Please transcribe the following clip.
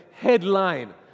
headline